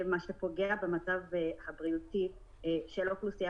מה שפוגע במצב הבריאותי של האוכלוסייה